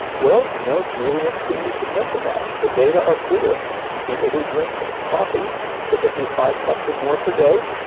well, you know, it's really interesting you should mention that. the data are clear people who drink coffee typically five cups or more per day,